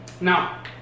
Now